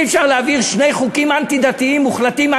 אי-אפשר להעביר שני חוקים אנטי-דתיים מוחלטים,